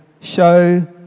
show